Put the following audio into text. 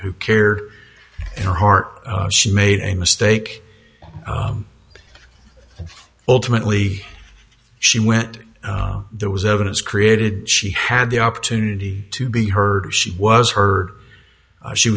who cared in her heart she made a mistake ultimately she went there was evidence created she had the opportunity to be heard she was heard she